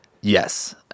yes